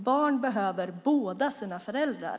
Barn behöver båda sina föräldrar.